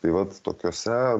tai vat tokiose